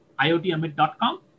iotamit.com